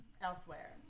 elsewhere